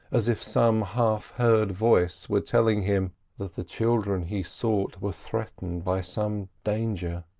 as if some half-heard voice were telling him that the children he sought were threatened by some danger.